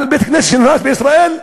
על בית-כנסת שנהרס בישראל?